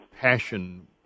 passion